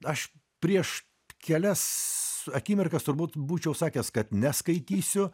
aš prieš kelias akimirkas turbūt būčiau sakęs kad neskaitysiu